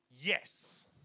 yes